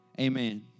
Amen